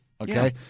okay